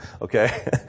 Okay